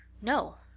no,